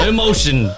Emotion